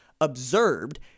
Observed